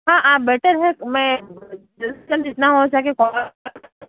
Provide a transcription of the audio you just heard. ہاں آپ بیٹھے رہیں میں جلد سے جلد جتنا ہو سکے کال